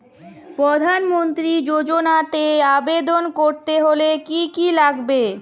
প্রধান মন্ত্রী যোজনাতে আবেদন করতে হলে কি কী লাগবে?